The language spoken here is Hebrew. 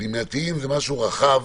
פנימייתיים זה משהו רחב,